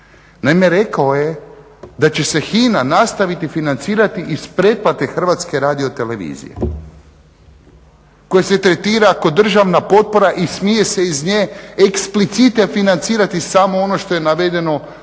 Naime, rekao je da će se HINA nastaviti financirati iz pretplate Hrvatske radiotelevizije koja se tretira kao državna potpora i smije se iz nje eksplicite financirati samo ono što je navedeno u